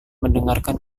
mendengarkan